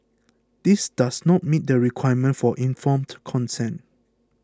this does not meet the requirement for informed consent